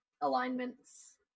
alignments